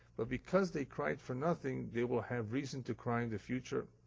but because they cried for nothing, they will have reason to cry in the future?